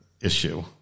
issue